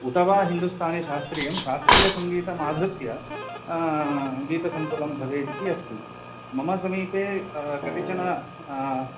उत वा हिन्दूस्थानिशास्त्रीयं शास्त्रीयसङ्गीतम् आधृत्य गीतसङ्कुलं भवेत् इति अस्ति मम समीपे कतिचन